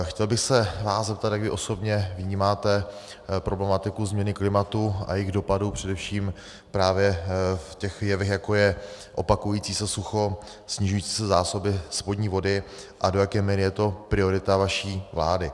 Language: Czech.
Chtěl bych se vás zeptat, jak vy osobně vnímáte problematiku změny klimatu a jejích dopadů především právě v těch jevech, jako je opakující se sucho, snižující se zásoby spodní vody, a do jaké míry je to priorita vaší vlády.